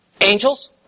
Angels